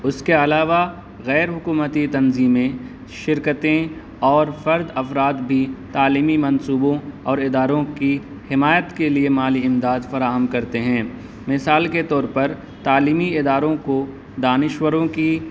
اس کے علاوہ غیر حکومتی تنظیمیں شرکتیں اور فرد افراد بھی تعلیمی منصوبوں اور اداروں کی حمایت کے لیے مالی امداد فراہم کرتے ہیں مثال کے طور پر تعلیمی اداروں کو دانشوروں کی